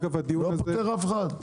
לא פוטר אף אחד.